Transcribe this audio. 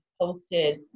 posted